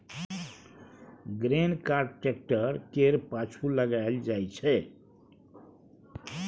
grain cart tractor केर पाछु लगाएल जाइ छै